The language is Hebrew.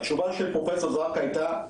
התשובה של פרופסור זרקא הייתה: